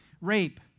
rape